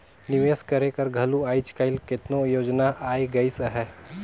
निवेस करे कर घलो आएज काएल केतनो योजना आए गइस अहे